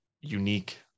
unique